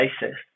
basis